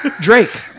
Drake